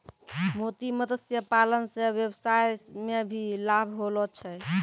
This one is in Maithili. मोती मत्स्य पालन से वेवसाय मे भी लाभ होलो छै